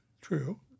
True